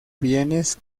bienes